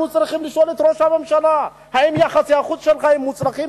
אנחנו צריכים לשאול את ראש הממשלה: האם יחסי החוץ שלך הם מוצלחים,